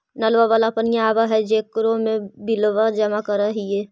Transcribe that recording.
नलवा वाला पनिया आव है जेकरो मे बिलवा जमा करहिऐ?